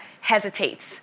hesitates